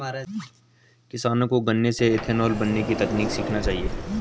किसानों को गन्ने से इथेनॉल बनने की तकनीक सीखना चाहिए